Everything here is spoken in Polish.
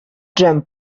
dżem